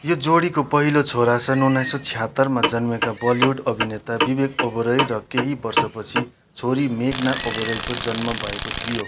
यो जोडीको पहिलो छोरा सन् उन्नाइस सय छ्यातरमा जन्मेका बलिउड अभिनेता विवेक ओबरोय र केही वर्षपछि छोरी मेघ्ना ओबरोयको जन्म भएको थियो